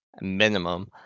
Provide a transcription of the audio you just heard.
minimum